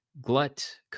glut